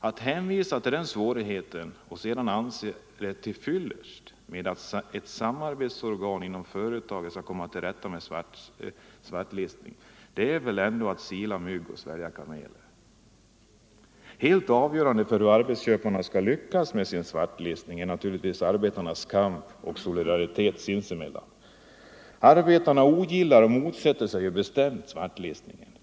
Att hänvisa till den svårigheten och sedan anse att det är till fyllest med att ett samarbetsorgan inom företaget skall komma till rätta med svartlistningen är att sila mygg och svälja kameler. Helt avgörande för hur arbetsköparna skall lyckas med sin svartlistning är naturligtvis arbetarnas kamp och solidaritet sinsemellan. Arbetarna ogillar och motsätter sig bestämt svartlistning.